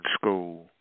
school